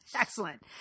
Excellent